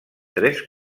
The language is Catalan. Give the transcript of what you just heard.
tres